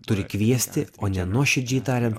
turi kviesti o ne nuoširdžiai tariant